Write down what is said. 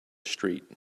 street